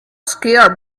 scared